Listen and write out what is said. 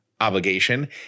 obligation